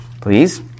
please